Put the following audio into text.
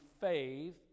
faith